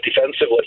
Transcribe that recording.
defensively